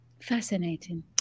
Fascinating